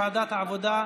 בוועדת העבודה,